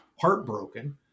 heartbroken